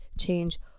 change